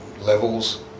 levels